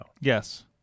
Yes